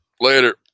Later